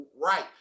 right